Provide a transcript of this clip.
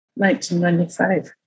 1995